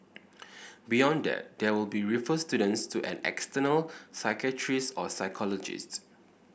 beyond that they will be refer students to an external psychiatrist or psychologists